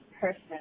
person